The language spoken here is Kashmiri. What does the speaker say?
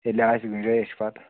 ییٚلہِ آسہِ گُنٛجٲیِش پَتہٕ